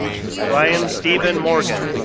brian steven morgan,